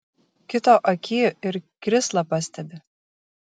kito akyj ir krislą pastebi